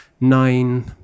nine